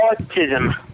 autism